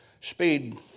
speed